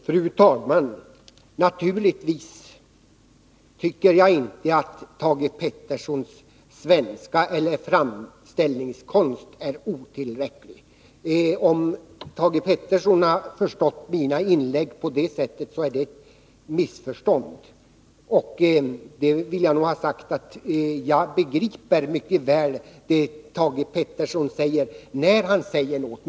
Fru talman! Naturligtvis tycker jag inte att Thage Petersons svenska eller framställningskonst är otillräcklig. Om Thage Peterson har uppfattat mina inlägg på det sättet, är det ett missförstånd. Jag begriper mycket väl det som Thage Peterson säger, när han säger något.